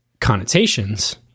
connotations